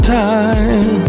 time